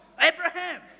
Abraham